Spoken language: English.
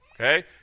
okay